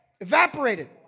Evaporated